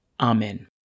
Amen